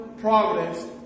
providence